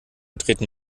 treten